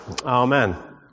Amen